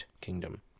kingdom